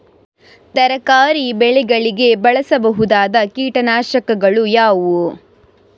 ತರಕಾರಿ ಬೆಳೆಗಳಿಗೆ ಬಳಸಬಹುದಾದ ಕೀಟನಾಶಕಗಳು ಯಾವುವು?